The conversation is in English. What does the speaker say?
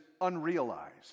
unrealized